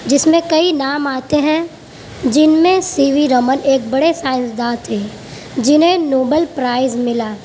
جس میں کئی نام آتے ہیں جن میں سی وی رمن ایک بڑے سائنسداں تھے جنہیں نوبل پرائز ملا